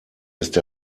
ist